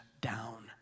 down